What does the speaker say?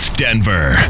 Denver